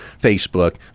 Facebook